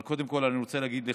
אבל קודם כול אני רוצה להגיד לך,